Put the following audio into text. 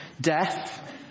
death